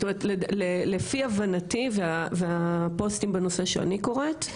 לפי הבנתי והפוסטים בנושא שאני קוראת,